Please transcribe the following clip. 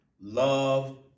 love